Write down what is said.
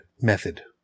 method